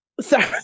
sorry